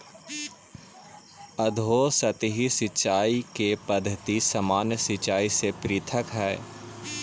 अधोसतही सिंचाई के पद्धति सामान्य सिंचाई से पृथक हइ